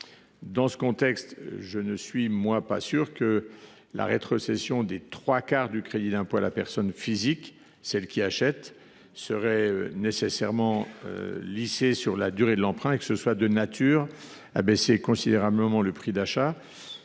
étant posé, je ne suis pas certain que la rétrocession des trois quarts du crédit d’impôt à la personne physique qui achète serait nécessairement lissée sur la durée de l’emprunt ni que cette mesure serait de nature à abaisser considérablement le prix d’achat.